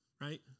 right